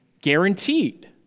guaranteed